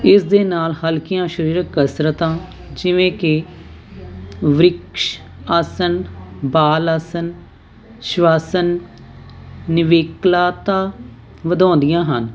ਇਸ ਦੇ ਨਾਲ ਹਲਕੀਆਂ ਸਰੀਰਕ ਕਸਰਤਾਂ ਜਿਵੇਂ ਕਿ ਵਰਿਕਸ਼ ਆਸਨ ਬਾਲ ਆਸਨ ਸਿਵਾਸਨ ਨਵੀਕਲਾਤਾ ਵਧਾਉਂਦੀਆਂ ਹਨ